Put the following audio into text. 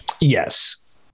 Yes